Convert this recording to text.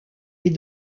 est